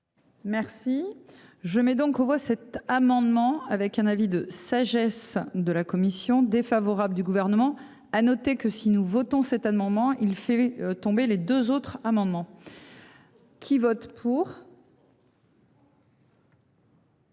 Merci. Je mets donc on voit cet amendement avec un avis de sagesse de la Commission défavorable du gouvernement. À noter que si nous votons cette à moment il fait tomber les 2 autres amendements. Qui vote pour.